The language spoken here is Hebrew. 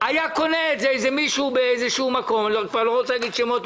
היה קונה את זה מישהו באיזשהו מקום אני כבר לא רוצה להגיד כלום,